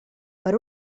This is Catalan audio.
per